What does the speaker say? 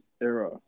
era